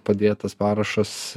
padėtas parašas